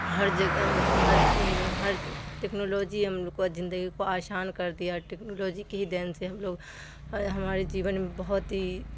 ہر جگہ ہر ہر ٹیکنالوجی ہم لوگ کا زندگی کو آسان کر دیا ا ٹیکنالوجی کے ہی دین سے ہم لوگ ہمارے جیون میں بہت ہی